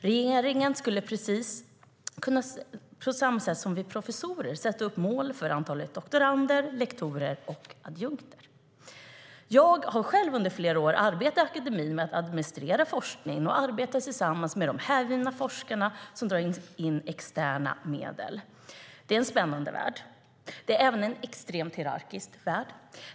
Regeringen skulle på samma sätt som för professorer kunna sätta upp mål för antalet doktorander, lektorer och adjunkter. Det är även en extremt hierarkisk värld.